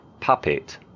puppet